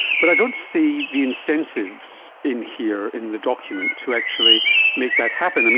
but i don't see the incentives in here in the document to actually make that happen.